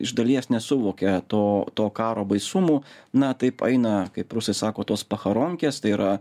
iš dalies nesuvokia to to karo baisumų na taip eina kaip rusai sako tos pachoronkės tai yra